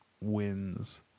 wins